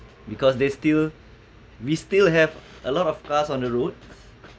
because they still we still have a lot of cars on the road